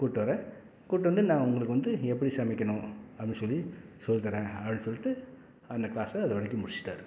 கூப்பிட்டு வரேன் கூப்பிட்டு வந்து நான் உங்களுக்கு வந்து எப்படி சமைக்கணும் அப்படின்னு சொல்லி சொல்லித்தரேன் அப்படின்னு சொல்லிவிட்டு அந்த க்ளாஸை அது வரைக்கும் முடிச்சிட்டார்